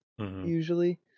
Usually